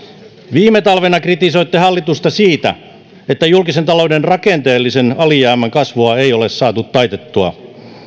viime talvena kritisoitte hallitusta siitä että julkisen talouden rakenteellisen alijäämän kasvua ei ole saatu taitettua